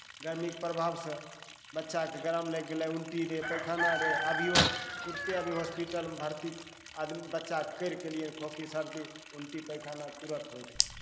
गरमीके प्रभावसँ बच्चाकेँ गरम लागि गेलै उलटी रे पैखाना रे अभियो तुरन्ते अभी हॉस्पीटलमे भर्ती आदमी बच्चाकेँ करि कऽ एलियै खोँखी सर्दी उलटी पैखाना तुरन्त होइत रहय